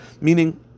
Meaning